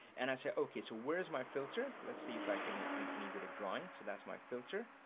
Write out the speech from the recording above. and i said, okay, so where's my filter? let's see if i can um any go to drawing. so that's my filter,